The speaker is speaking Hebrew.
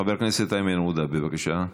חבר הכנסת איימן עודה, בבקשה.